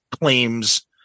claims